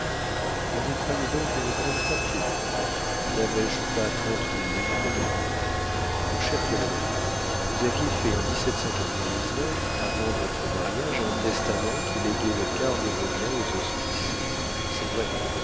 vous vous croyez donc une grande fortune n'avais-je pas trente mille livres de rente mon cher colonel vous aviez fait en avant votre mariage un testament qui léguait le quart de vos biens aux hospices c'est vrai